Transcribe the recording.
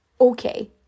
Okay